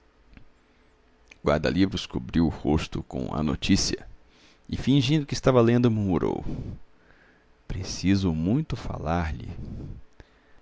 guarda-livros cobriu o rosto com a notícia e fingindo que estava lendo murmurou preciso muito falar-lhe